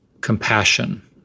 Compassion